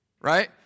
Right